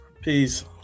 peace